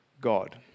god